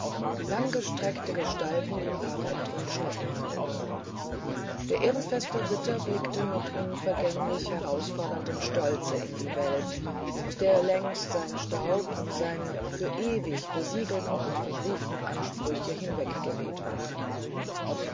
langgestreckte gestalten in barett und schneppenhaube der ehrenfeste ritter blickte mit unvergänglich herausforderndem stolze in die welt aus der längst sein staub und seine für ewig besiegelten und verbrieften ansprüche hinweggeweht waren